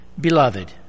Beloved